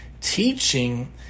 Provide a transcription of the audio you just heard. Teaching